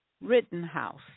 Rittenhouse